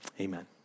Amen